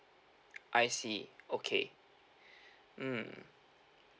I see okay mm